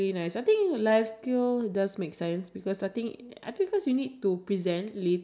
uh it's like I feel like back in the day I will I don't think in computer or like